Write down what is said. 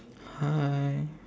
hi